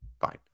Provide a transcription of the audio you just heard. Fine